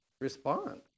respond